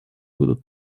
будут